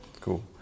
cool